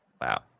Wow